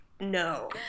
no